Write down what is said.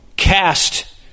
cast